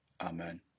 Amen